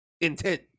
intent